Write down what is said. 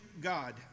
God